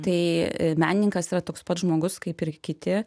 tai menininkas yra toks pat žmogus kaip ir kiti